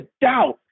doubt